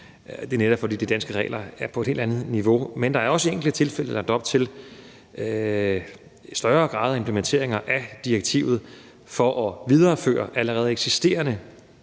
Det er det netop, fordi de danske regler er på et helt andet niveau. Men der er også i enkelte tilfælde lagt op til større grader af implementeringer af direktivet for at videreføre allerede eksisterende